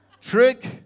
Trick